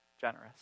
generous